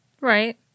Right